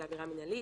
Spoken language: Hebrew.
היא עבירה מינהלית.